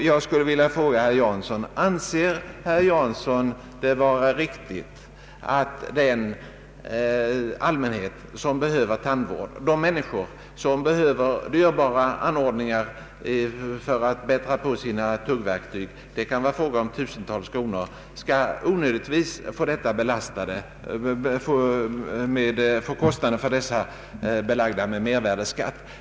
Jag skulle då vilja fråga herr Jansson: Anser herr Jansson det vara riktigt att den allmänhet som behöver tandvård, de människor som behöver dyrbara anordningar för att bättra på sina tuggverktyg — det kan vara fråga om tusentals kronor — onödigtvis skall få kostnaderna ökade med mervärdeskatt?